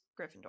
Gryffindor